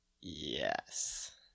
Yes